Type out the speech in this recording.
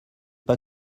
pas